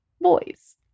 boys